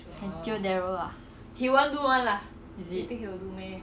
darryl we all go together then I ya